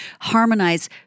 harmonize